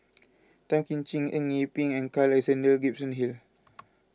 Tan Kim Ching Eng Yee Peng and Carl Alexander Gibson Hill